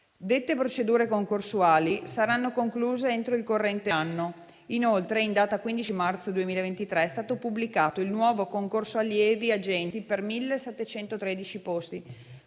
Dette procedure concorsuali saranno concluse entro il corrente anno. Inoltre, in data 15 marzo 2023, è stato pubblicato il nuovo concorso allievi agenti per 1.713 posti.